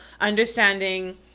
understanding